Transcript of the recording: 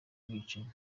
ubwicanyi